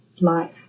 life